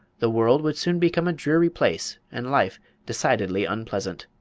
the world would soon become a dreary place and life decidedly unpleasant.